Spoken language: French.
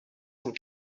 sont